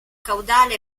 caudale